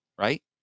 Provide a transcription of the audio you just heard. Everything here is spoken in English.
Right